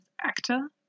actor